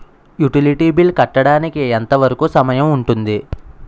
Utility bill కట్టడానికి ఎంత వరుకు సమయం ఉంటుంది?